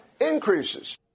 increases